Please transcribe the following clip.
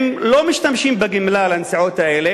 הם לא משתמשים בגמלה לנסיעות האלה,